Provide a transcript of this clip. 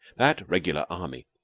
that regular army,